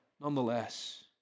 nonetheless